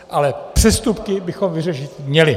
Ale přestupky bychom vyřešit měli.